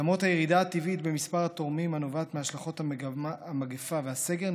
למרות הירידה הטבעית במספר התורמים הנובעת מהשלכות המגפה והסגר,